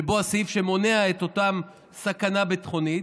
הסעיף שמונע את אותה סכנה ביטחונית,